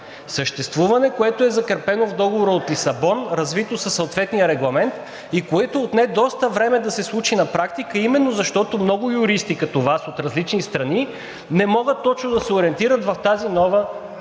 Съществуване, което е закрепено в Договора от Лисабон, развито със съответния регламент и което отне доста време да се случи на практика именно защото много юристи като Вас, от различни страни, не могат точно да се ориентират в тази нова структура